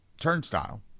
turnstile